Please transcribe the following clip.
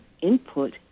input